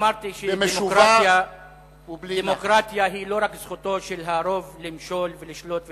אמרתי שדמוקרטיה היא לא רק זכותו של הרוב למשול ולשלוט ולדכא,